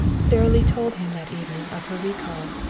sara lee told him that evening of her recall,